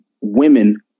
women